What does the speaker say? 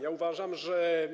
Ja uważam, że.